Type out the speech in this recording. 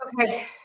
Okay